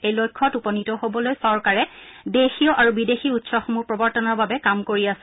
এই লক্ষ্যত উপনীত হবলৈ চৰকাৰে দেশীয় আৰু বিদেশী উৎসসমূহ প্ৰৱৰ্তনৰ বাবে কাম কৰি আছে